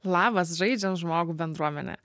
labas žaidžiam žmogų bendruomene